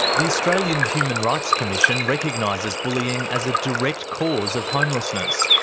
the australian human rights commission recognises bullying as a direct cause of homelessness.